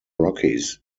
rockies